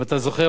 אם אתה זוכר,